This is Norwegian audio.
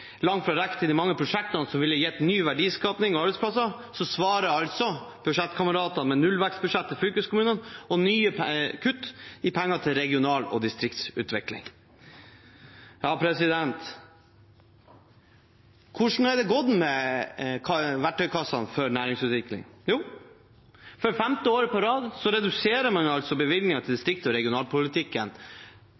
langt fra rekker til de mange prosjektene som ville gitt ny verdiskaping og arbeidsplasser, svarer altså budsjettkameratene med nullvekstbudsjett til fylkeskommunene og nye kutt i pengene til regional- og distriktsutvikling. Hvordan har det gått med verktøykassa for næringsutvikling? Jo, for femte året på rad reduserer man bevilgningen til